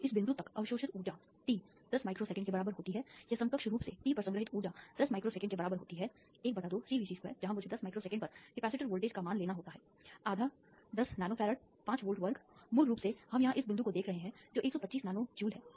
तो इस बिंदु तक अवशोषित ऊर्जा t 10 माइक्रो सेकेंड के बराबर होती है या समकक्ष रूप से t पर संग्रहीत ऊर्जा 10 माइक्रो सेकेंड के बराबर होती है ½CVc2 जहां मुझे 10 माइक्रो सेकेंड पर संधारित्र वोल्टेज का मान लेना होता है आधा 10 नैनो फैराड 5 वोल्ट वर्ग मूल रूप से हम यहां इस बिंदु को देख रहे हैं जो 125 नैनो जूल है